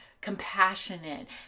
compassionate